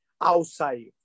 outside